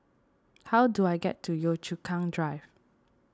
how do I get to Yio Chu Kang Drive